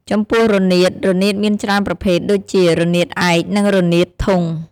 ចំពោះរនាត រនាតមានច្រើនប្រភេទដូចជា រនាតឯក និង រនាតធុង។